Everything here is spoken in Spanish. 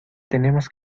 tenemos